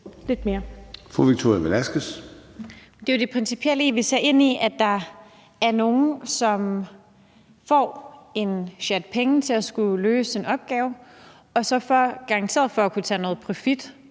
Det er jo det principielle i, at vi ser ind i, at der er nogle, som får en sjat penge til at løse en opgave, og som – garanteret for at kunne tage noget profit